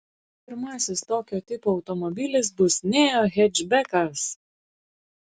pirmasis tokio tipo automobilis bus neo hečbekas